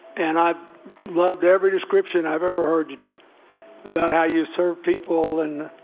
and i loved every description. i've ever heard you about how you serve people and